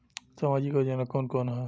सामाजिक योजना कवन कवन ह?